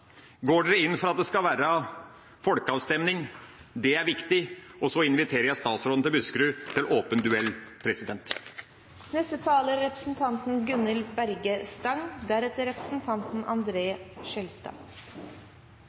være folkeavstemning? Det er viktig. Og så inviterer jeg statsråden til åpen duell i Buskerud. Kampen om distrikta er